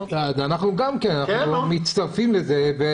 אנחנו גם כן, אנחנו מצטרפים לזה.